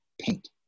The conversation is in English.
paint